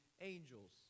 angels